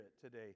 today